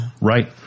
Right